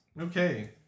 Okay